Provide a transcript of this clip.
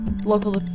Local